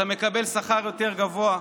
אתה מקבל שכר יותר גבוה.